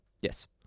Yes